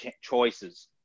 choices